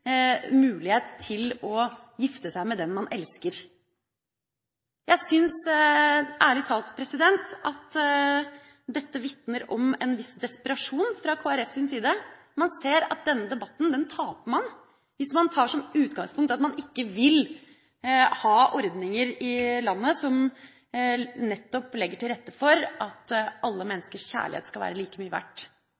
mulighet til å gifte seg med den man elsker. Jeg syns ærlig talt at dette vitner om en viss desperasjon fra Kristelig Folkepartis side. Man ser at denne debatten taper man hvis man tar som utgangspunkt at man ikke vil ha ordninger i landet som legger til rette for at alle